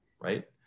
right